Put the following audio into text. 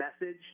message